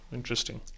Interesting